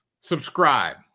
subscribe